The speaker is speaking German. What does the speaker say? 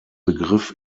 begriff